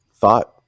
thought